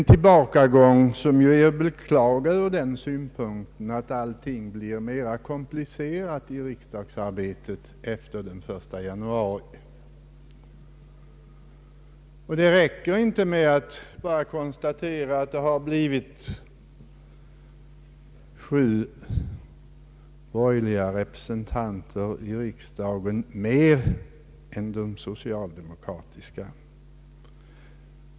För vår del beklagar jag valutgången framför allt ur den synpunkten att allting blir mera komplicerat i riksdagsarbetet efter den 1 januari. Det räcker inte med att bara konstatera att de borgerliga i den nya riksdagen får sju representanter mer än socialdemokraterna.